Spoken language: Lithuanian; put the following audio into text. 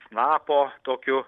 snapo tokiu